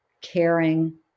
caring